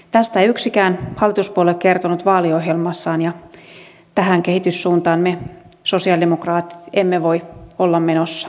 tästä ei yksikään hallituspuolue kertonut vaaliohjelmassaan ja tähän kehityssuuntaan me sosialidemokraatit emme voi olla menossa